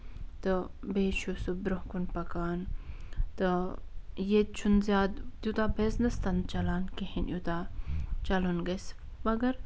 تہٕ بیٚیہِ چھُ سُہ برٛونٛہہ کُن پَکان تہٕ ییٚتہِ چھُنہٕ زیادٕ تیٛوٗتاہ بِزنِس تہِ نہٕ چلان کِہیٖنٛۍ یوٗتاہ چَلُن گژھِ اَگر